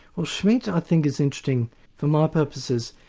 well, schmitt i think is interesting for my purposes.